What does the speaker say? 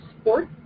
sports